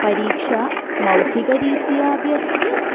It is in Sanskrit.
परीक्षा मौखिकरीत्या अपि अस्ति